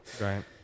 right